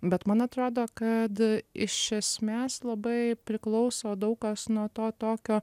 bet man atrodo kad iš esmės labai priklauso daug kas nuo to tokio